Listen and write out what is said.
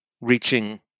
reaching